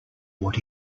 what